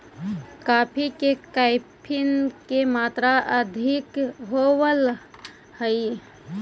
coffee में caffeine की मात्रा अधिक होवअ हई